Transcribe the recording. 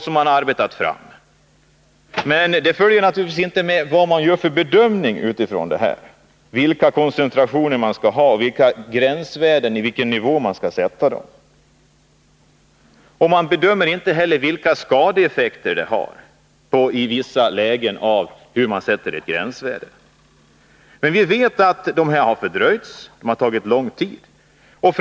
Därav framgår naturligtvis inte hur man bedömer vilka koncentrationer man skall tillåta och på vilken nivå man skall sätta gränsvärdena. Man tycks inte heller bedöma skadeeffekterna av att gränsvärdena sätts på en viss nivå.